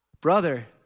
Brother